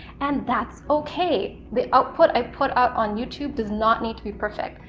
and that's okay. the output i put up on youtube does not need to be perfect.